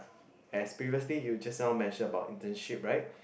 as previously you just now mentioned about internship right